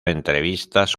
entrevistas